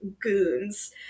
goons